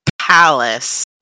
palace